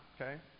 okay